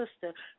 sister